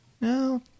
No